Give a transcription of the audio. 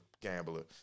gambler